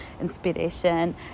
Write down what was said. inspiration